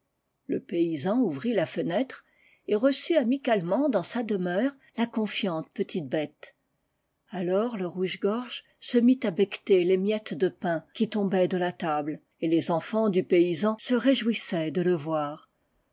le paysan ouvrit la fenêtre et reçut amicalement dans sa demeure la confiante petite bête alors le rouge-gorge se mit à becqueter les miettes de pain qui tombaient de la table et les enfants du paysan se réjouissaient de le voir